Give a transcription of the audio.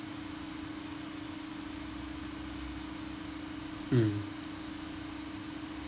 mm